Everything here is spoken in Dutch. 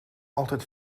altijd